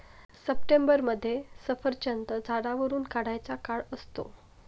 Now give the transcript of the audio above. सप्टेंबरमध्ये सफरचंद झाडावरुन काढायचा काळ असतो